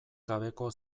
gabeko